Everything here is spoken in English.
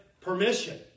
permission